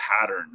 pattern